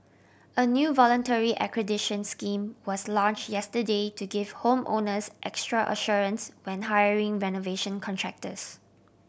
a new voluntary accreditation scheme was launch yesterday to give home owners extra assurance when hiring renovation contractors